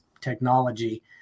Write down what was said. technology